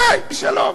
חי בשלום.